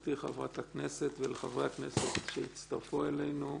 לחברתי חברת הכנסת וחברי הכנסת שיצטרפו אלינו,